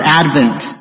advent